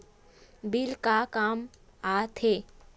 Bill का काम आ थे?